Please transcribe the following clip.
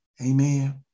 Amen